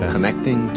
Connecting